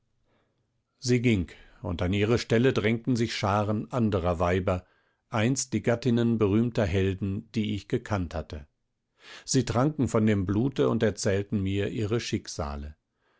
sie ging und an ihre stelle drängten sich scharen anderer weiber einst die gattinnen berühmter helden die ich gekannt hatte sie tranken von dem blute und erzählten mir ihre schicksale